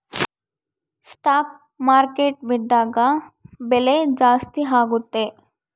stock market ಬಿದ್ದಾಗ ಬೆಲೆ ಜಾಸ್ತಿ ಆಗುತ್ತೆ